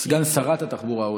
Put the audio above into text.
סגן שרת התחבורה.